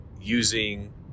using